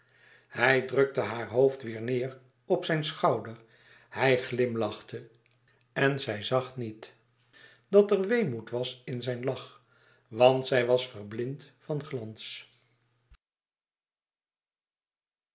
hij drukte haar hoofd weêr neêr op zijn schouder hij glimlachte en zij zag niet dat er weemoed was in zijn lach want zij was verblind van glans